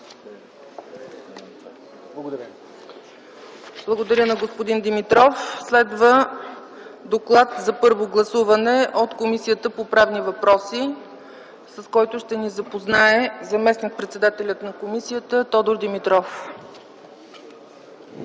ЦАЧЕВА: Благодаря на господин Димитров. Следва Доклад за първо гласуване от Комисията по правни въпроси, с който ще ни запознае заместник-председателят на комисията Тодор Димитров.